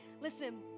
listen